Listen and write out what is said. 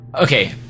Okay